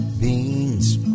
beans